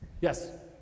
Yes